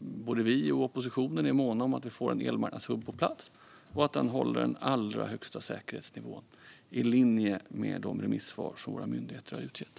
Både vi och oppositionen är måna om att få en elmarknadshubb på plats och att den håller den allra högsta säkerhetsnivån - i linje med de remissvar som våra myndigheter har avgett.